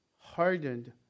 hardened